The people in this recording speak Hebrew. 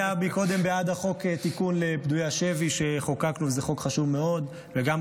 הוא הצביע קודם בעד --- כן כן,